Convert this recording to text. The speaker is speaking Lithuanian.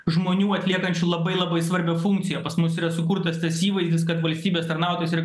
žmonių atliekančių labai labai svarbią funkciją pas mus yra sukurtas tas įvaizdis kad valstybės tarnautojas ir